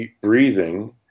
breathing